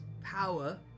power